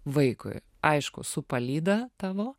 vaikui aišku su palyda tavo